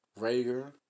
Rager